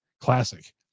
classic